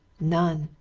none!